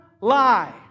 lie